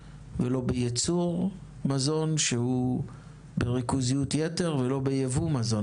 לא בייצור מזון ולא בייבוא מזון,